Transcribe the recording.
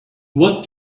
what